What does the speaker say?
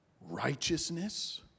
righteousness